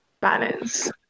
balance